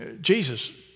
Jesus